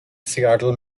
seattle